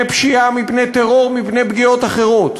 מפני פשיעה, מפני טרור, מפני פגיעות אחרות,